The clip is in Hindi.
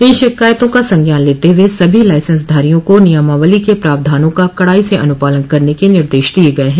इन शिकायतों का संज्ञान लेते हुए सभी लाइसेंस धारियों को नियमावली के प्रावधानों का कड़ाई से अन्पालन करने के निर्देश दिये गये हैं